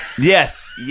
Yes